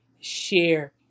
share